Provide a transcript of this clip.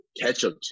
ketchup